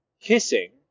kissing